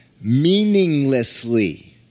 meaninglessly